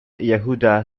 yehuda